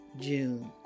June